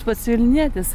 pats vilnietis